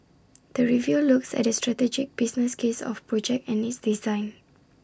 the review looks at the strategic business case of project and its design